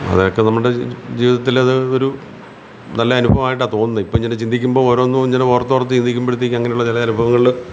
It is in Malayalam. അതൊക്കെ നമ്മുടെ ജീവിതത്തിൽ അത് ഒരു നല്ല അനുഭവമായിട്ടാണ് തോന്നുന്നത് ഇപ്പോൾ ഇങ്ങനെ ചിന്തിക്കുമ്പോൾ ഒരോന്നും ഇങ്ങനെ ഓർത്തോർത്ത് ചിന്തിക്കുമ്പോഴത്തേക്കും അങ്ങനെയുള്ള ചില അനുഭവങ്ങൾ